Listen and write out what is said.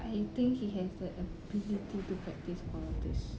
I think he has the ability to practise all of these